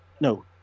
No